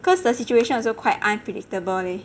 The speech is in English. because the situation also quite unpredictable leh